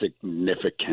significant